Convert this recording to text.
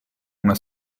una